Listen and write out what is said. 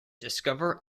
discover